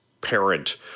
parent